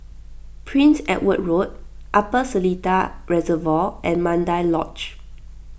Prince Edward Road Upper Seletar Reservoir and Mandai Lodge